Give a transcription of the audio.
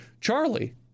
Charlie